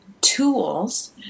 tools